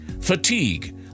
Fatigue